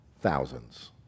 thousands